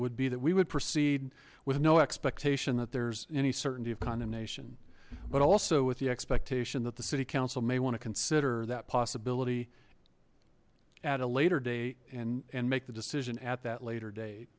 would be that we would proceed with no expectation that there's any certainty of condemnation but also with the expectation that the city council may want to consider that possibility at a later date and and make the decision at that later date